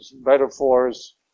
metaphors